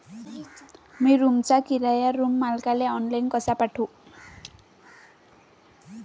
मी रूमचा किराया रूम मालकाले ऑनलाईन कसा पाठवू?